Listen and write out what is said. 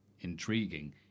Intriguing